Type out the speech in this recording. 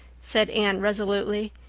said anne resolutely.